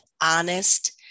honest